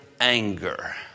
anger